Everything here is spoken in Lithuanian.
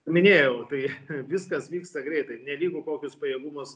minėjau tai viskas vyksta greitai nelygu kokius pajėgumus